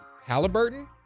Halliburton